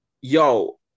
yo